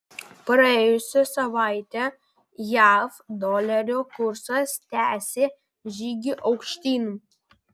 praėjusią savaitę jav dolerio kursas tęsė žygį aukštyn